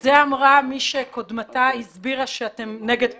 וזה אמרה מי שקודמתה הסבירה שאתם נגד פורנוגרפיה.